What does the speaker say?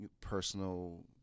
personal